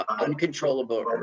uncontrollable